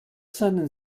seinen